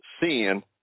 seeing